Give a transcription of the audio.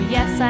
Yes